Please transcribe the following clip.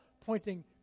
pointing